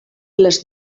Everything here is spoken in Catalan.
les